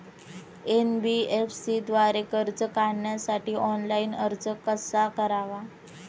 NBFC द्वारे कर्ज काढण्यासाठी ऑनलाइन अर्ज कसा करावा?